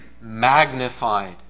magnified